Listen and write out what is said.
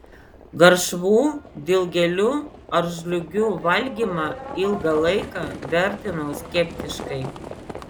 garšvų dilgėlių ar žliūgių valgymą ilgą laiką vertinau skeptiškai